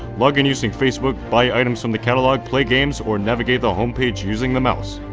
log in using facebook, buy items from the catalog, play games, or navigate the home page using the mouse.